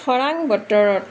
খৰাং বতৰত